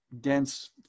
dense